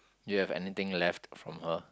do you have anything left from her